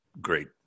great